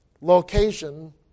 location